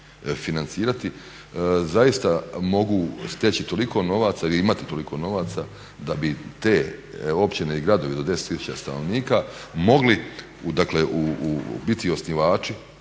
financirati zaista mogu steći toliko novaca ili imati toliko novaca da bi te općine i gradovi do 10 000 stanovnika mogli, dakle biti osnivači